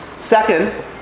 Second